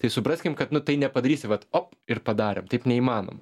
tai supraskim kad nu tai nepadarysi vat op ir padarėm taip neįmanoma